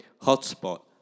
Hotspot